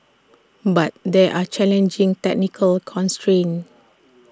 but there are challenging technical constrains